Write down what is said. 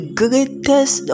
greatest